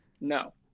No